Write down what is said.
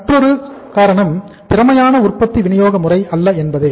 மற்றொரு காரணம் திறமையான உற்பத்தி விநியோக முறை அல்ல என்பதே